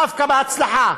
דווקא בהצלחה,